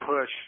push